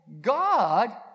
God